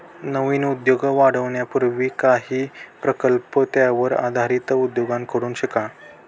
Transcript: नवीन उद्योग वाढवण्यापूर्वी काही प्रकल्प त्यावर आधारित उद्योगांकडून शिका